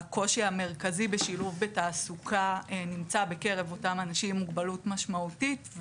הקושי המרכזי בשילוב בתעסוקה נמצא בקרב אותם אנשים עם מוגבלות משמעותית.